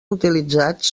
utilitzats